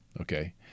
Okay